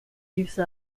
use